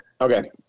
Okay